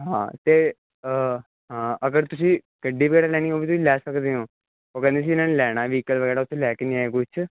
ਹਾਂ ਅਤੇ ਹਾਂ ਅਗਰ ਤੁਸੀਂ ਗੱਡੀ ਵਗੈਰਾ ਲੈਣੀ ਹੋਵੇ ਤੁਸੀਂ ਲੈ ਸਕਦੇ ਓ ਉਹ ਕਹਿੰਦੇ ਸੀ ਇਹਨਾਂ ਨੇ ਲੈਣਾ ਵਹੀਕਲ ਵਗੈਰਾ ਉੱਥੇ ਲੈ ਕੇ ਨਹੀਂ ਆਏ ਕੁਛ